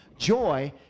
Joy